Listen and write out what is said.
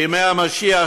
לימי המשיח,